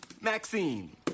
Maxine